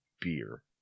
beer